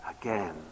again